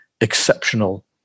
exceptional